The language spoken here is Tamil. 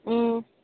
ம்